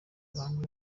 arangwa